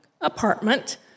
apartment